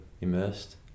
immersed